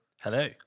Hello